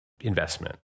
investment